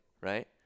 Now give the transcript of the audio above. right